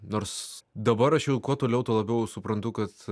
nors dabar aš jau kuo toliau tuo labiau suprantu kad